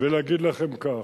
ולהגיד לכם כך: